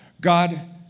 God